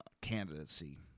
candidacy